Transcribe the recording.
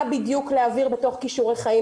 מה בדיוק להעביר בתוך כישורי חיים.